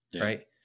right